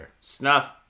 Snuff